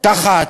תחת